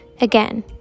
Again